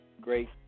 Great